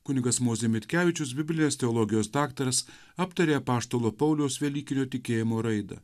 kunigas mozė mitkevičius biblijos teologijos daktaras aptarė apaštalo pauliaus velykinio tikėjimo raidą